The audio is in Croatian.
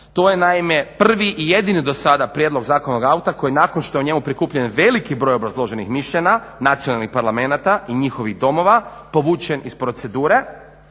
To je naime prvi i jedini dosada prijedlog zakonodavnog akta koji nakon što je u njemu prikupljen veliki broj obrazloženih mišljenja nacionalnih parlamenata i njihovih domova povučen iz procedure